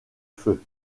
feu